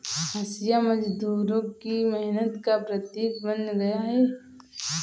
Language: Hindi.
हँसिया मजदूरों की मेहनत का प्रतीक बन गया है